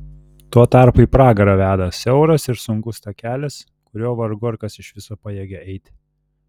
tuo tarpu į pragarą veda siauras ir sunkus takelis kuriuo vargu ar kas iš viso pajėgia eiti